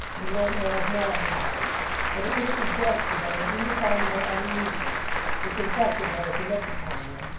and wore an air of melancholy but it was suggestive of an indefinable uneasiness which infected those who looked upon him,